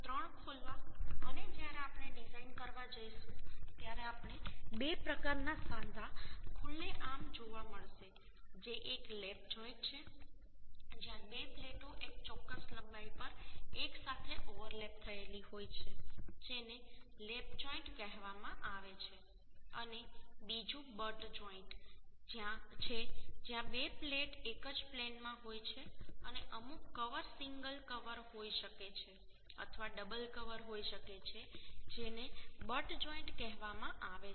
3 ખોલવા અને જ્યારે આપણે ડિઝાઇન કરવા જઈશું ત્યારે આપણે બે પ્રકારના સાંધા ખુલ્લેઆમ જોવા મળશે જે એક લેપ જોઇન્ટ છે જ્યાં બે પ્લેટો એક ચોક્કસ લંબાઈ પર એકસાથે ઓવરલેપ થયેલી હોય છે જેને લેપ જોઇન્ટ કહેવામાં આવે છે અને બીજું બટ જોઇન્ટ છે જ્યાં બે પ્લેટ એક જ પ્લેનમાં હોય છે અને અમુક કવર સિંગલ કવર હોઈ શકે છે અથવા ડબલ કવર હોઈ શકે છે જેને બટ જોઈન્ટ કહેવામાં આવે છે